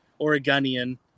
Oregonian